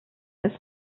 ist